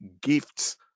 gifts